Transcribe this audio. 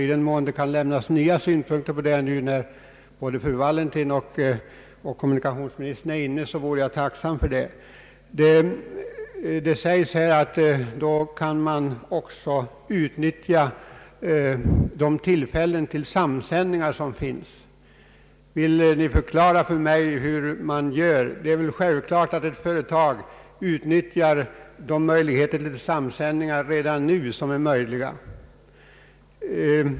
I den mån det kan lämnas nya synpunkter på detta nu när både fru Wallentheim och kommunikationsministern är i kammaren vore jag tacksam. Herr Hjorth säger att man kan utnyttja de tillfällen till samsändningar som finns. Vill ni då förklara för mig hur man gör? Det är väl självklart att företagen redan nu utnyttjar de möjligheter till samsändningar som finns.